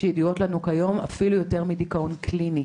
שידועות לנו כיום, אפילו יותר מדיכאון קליני.